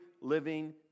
living